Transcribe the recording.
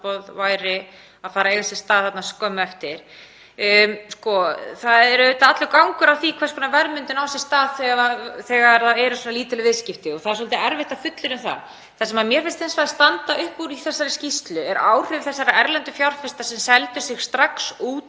útboð væri að fara að eiga sér stað þarna skömmu eftir. Það er auðvitað allur gangur á því hvers konar verðmyndun á sér stað þegar það eru svona lítil viðskipti og það er svolítið erfitt að fullyrða um það. Það sem mér finnst hins vegar standa upp úr í þessari skýrslu eru áhrif þessara erlendu fjárfesta, sem seldu sig strax út